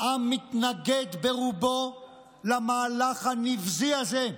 העם מתנגד ברובו למהלך הנבזי הזה,